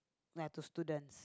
ya to students